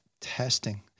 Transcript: testing